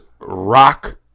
Rock